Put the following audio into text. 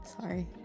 Sorry